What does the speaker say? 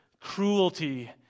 cruelty